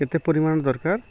କେତେ ପରିମାଣ ଦରକାର